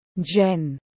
Jen